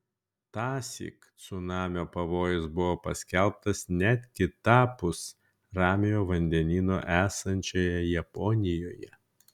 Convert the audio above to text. tąsyk cunamio pavojus buvo paskelbtas net kitapus ramiojo vandenyno esančioje japonijoje